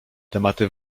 tematy